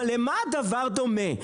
למה הדבר דומה?